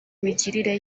migirire